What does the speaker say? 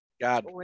God